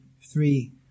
Three